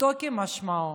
פשוטו כמשמעו,